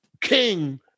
king